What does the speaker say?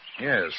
Yes